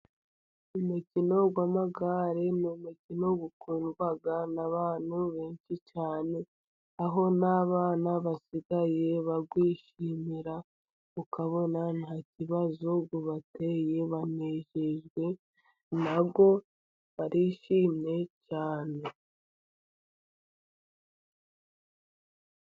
Umukino w'amagare ni umukino ukundwa n'abantu benshi cyane, aho n'abana basigaye bawishimira ukabona nta kibazo ubateye, banejejwe na wo barishimye cyane.